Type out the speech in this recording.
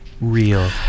real